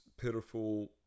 pitiful